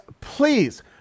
please